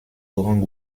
orangs